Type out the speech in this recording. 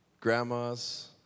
grandmas